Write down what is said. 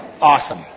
Awesome